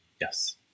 Yes